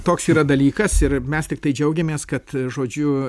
toks yra dalykas ir mes tiktai džiaugiamės kad žodžiu